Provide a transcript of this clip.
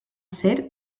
ser